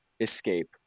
escape